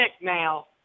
now